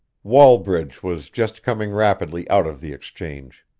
wallbridge was just coming rapidly out of the exchange.